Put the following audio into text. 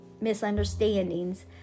misunderstandings